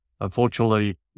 unfortunately